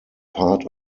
part